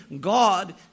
God